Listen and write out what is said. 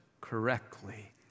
correctly